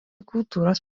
kultūros